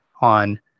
on